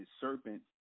serpent